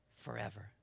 Forever